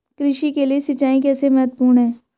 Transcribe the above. कृषि के लिए सिंचाई कैसे महत्वपूर्ण है?